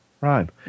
Right